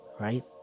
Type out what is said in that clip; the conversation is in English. Right